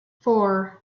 four